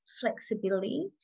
flexibility